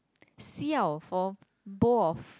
siao for both of